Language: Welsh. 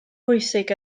bwysig